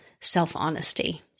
self-honesty